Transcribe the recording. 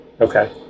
Okay